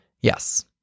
Yes